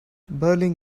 berlin